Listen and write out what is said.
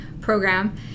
program